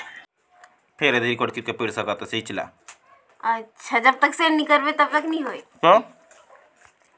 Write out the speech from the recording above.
आघु कर समे मे अइसे मानल जात रहिस कि जेन किसान मन जग बगरा खेत खाएर अहे ओमन घर कर दुरा मे गाड़ा दिखबे करे